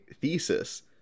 thesis